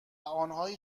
آنهایی